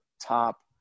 top